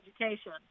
education